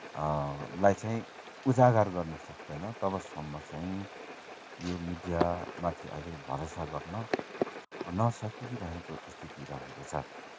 लाई चाहिँ उजागर गर्न सक्दैन तबसम्म चाहिँ यो मिडियामाथि अहिले भरोसा गर्न नसकिरहेको स्थिति रहेको छ